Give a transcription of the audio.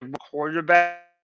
quarterback